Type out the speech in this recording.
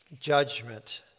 judgment